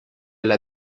alle